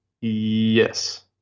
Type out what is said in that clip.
Yes